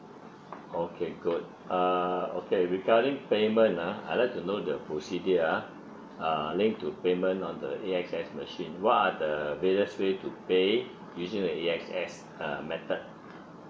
okay good uh okay regarding payment ah I like to know the procedure ah uh link to payment on the A_X_S machine what are the various way to pay using the A_X_S uh method